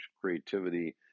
creativity